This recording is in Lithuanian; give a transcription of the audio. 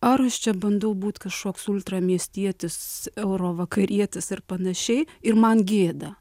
ar aš čia bandau būt kažkoks ultra miestietis euro vakarietis ar panašiai ir man gėda